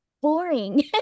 boring